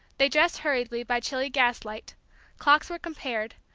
they dressed hurriedly, by chilly gas-light clocks were compared,